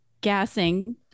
Gassing